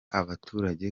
abaturage